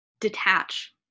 detach